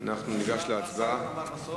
אנחנו ניגש להצבעה.